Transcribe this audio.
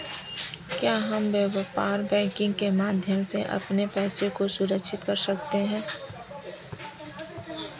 क्या हम व्यापार बैंकिंग के माध्यम से अपने पैसे को सुरक्षित कर सकते हैं?